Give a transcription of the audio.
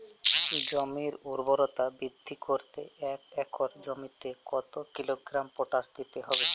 জমির ঊর্বরতা বৃদ্ধি করতে এক একর জমিতে কত কিলোগ্রাম পটাশ দিতে হবে?